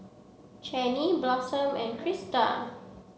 Chaney Blossom and Krista